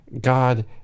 God